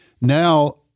Now